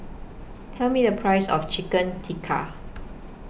Tell Me The Price of Chicken Tikka